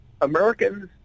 Americans